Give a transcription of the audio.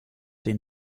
den